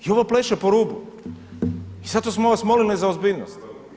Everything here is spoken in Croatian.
I ovo pleše po rubu i zato smo vas molili za ozbiljnost.